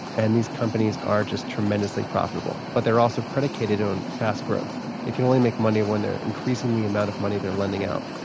and these companies are just tremendously profitable, but they're also predicated on fast growth. they can only make money when they're increasing the amount of money they're lending out,